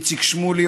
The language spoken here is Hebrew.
איציק שמולי,